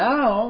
Now